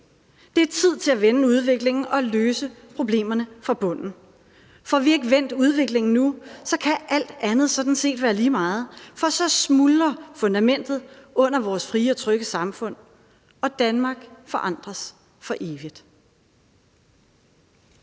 Det er tid til at vende udviklingen og løse problemerne fra bunden. Får vi ikke vendt udviklingen nu, kan alt andet sådan set være lige meget, for så smuldrer fundamentet under vores frie og trygge samfund, og Danmark forandres for evigt.